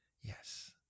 Yes